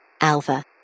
Alpha